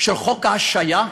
של חוק ההשעיה,